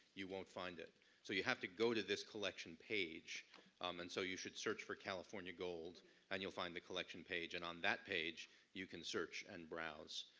you won't find it. and so you have to go to this collection page um and so you should search for california gold and you'll find the collection page, and on that page you can search and browse.